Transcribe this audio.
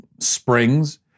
springs